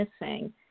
missing